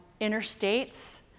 interstates